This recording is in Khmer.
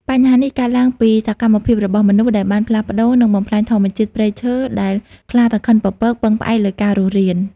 បញ្ហានេះកើតឡើងពីសកម្មភាពរបស់មនុស្ស ដែលបានផ្លាស់ប្តូរ និងបំផ្លាញធម្មជាតិព្រៃឈើដែលខ្លារខិនពពកពឹងផ្អែកលើការរស់រាន។